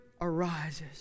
arises